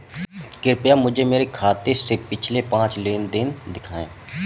कृपया मुझे मेरे खाते से पिछले पांच लेन देन दिखाएं